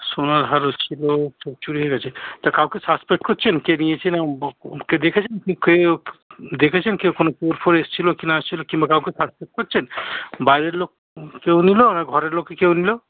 সোনার হারও ছিল সব চুরি হয়ে গেছে তা কাউকে সাসপেক্ট করছেন কে নিয়েছে না বা কো কে দেখেছেন কি কে ও দেখেছেন কেউ কোনও চোর ফোর এসেছিল কি না আসছিল কিংবা কাউকে সাসপেক্ট করছেন বাইরের লোক কেউ নিল না ঘরের লোকই কেউ নিল